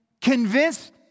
convinced